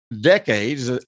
decades